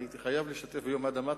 והייתי חייב להשתתף ביום האדמה,